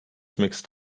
mixed